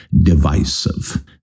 divisive